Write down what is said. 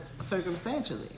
circumstantially